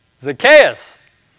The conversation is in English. Zacchaeus